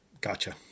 Gotcha